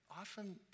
often